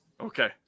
Okay